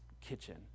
kitchen